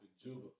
Juba